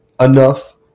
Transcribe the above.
Enough